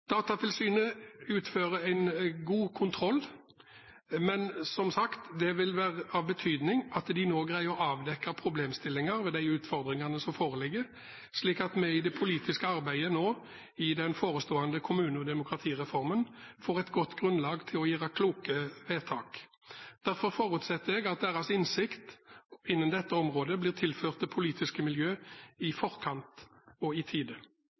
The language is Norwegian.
Datatilsynet utfører en god kontroll, men det vil som sagt være av betydning at de nå greier å avdekke problemstillinger ved de utfordringene som foreligger, slik at vi i det politiske arbeidet i den forestående kommune- og demokratireformen får et godt grunnlag for å gjøre kloke vedtak. Derfor forutsetter jeg at deres innsikt på dette området blir tilført det politiske miljø i forkant og i tide.